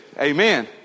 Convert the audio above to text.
Amen